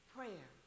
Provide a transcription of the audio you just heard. Prayer